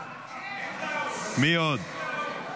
מי עוד?